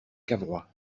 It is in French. cavrois